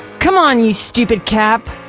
come on you stupid cap!